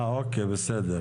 אה, אוקיי, בסדר.